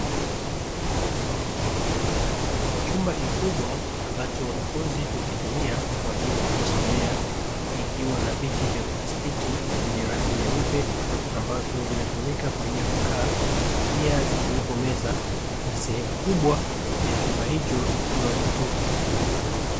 Chumba kikubwa ambacho wanafunzi hukitumia kwa ajili ya kujisomea ikiwa na viti vya plastiki vyenye rangi nyeupe ambavyo vinatumika kwa ajili ya kukaa, pia zikiwepo meza na sehemu kubwa ya chumba hicho ikiwa ni tupu.